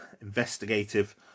investigative